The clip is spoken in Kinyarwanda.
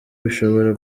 bishobora